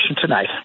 tonight